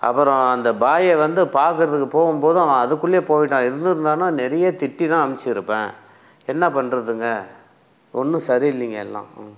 அப்புறம் அந்த பாயை வந்து பார்க்குறதுக்கு போகும் போதும் அவன் அதுக்குள்ளேயே போய்விட்டான் இருந்துருந்தானால் நிறைய திட்டி தான் அனுப்பிச்சிருப்பேன் என்ன பண்றதுங்க ஒன்றும் சரியில்லைங்க எல்லாம்